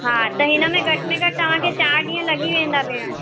हा त हिन में घटि में घटि तव्हांखे चारि ॾींहं लॻी वेंदा भेण